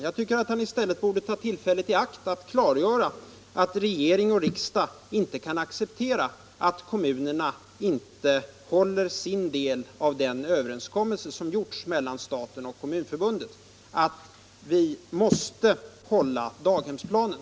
Jag tycker att han i stället borde ta tillfället i akt att klargöra att regering och riksdag inte kan acceptera att kommunerna inte håller sin del av den överenskommelse som uppnåtts mellan staten och Kommunförbundet. Vi måste klara daghemsplanen.